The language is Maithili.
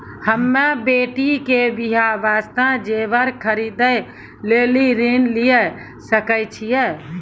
हम्मे बेटी के बियाह वास्ते जेबर खरीदे लेली ऋण लिये सकय छियै?